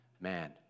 man